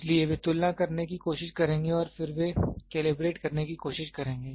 इसलिए वे तुलना करने की कोशिश करेंगे और फिर वे कैलिब्रेट करने की कोशिश करेंगे